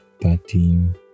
thirteen